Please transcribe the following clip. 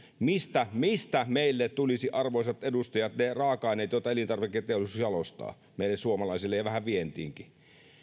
mistä mistä meille tulisivat arvoisat edustajat ne raaka aineet joita elintarviketeollisuus jalostaa meille suomalaisille ja vähän vientiinkin